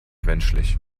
menschlich